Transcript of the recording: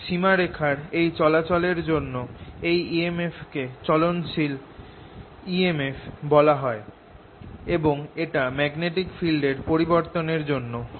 সীমা রেখার এই চলাচল এর জন্য এই emf কে চলনশীল emf বলা হয় এবং এটা ম্যাগনেটিক ফিল্ড এর পরিবর্তন এর জন্য হয়